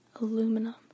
aluminum